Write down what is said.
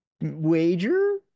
wager